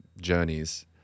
Journeys